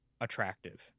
attractive